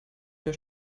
der